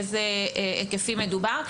באיזה היקפים מדובר,